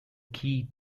key